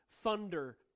thunder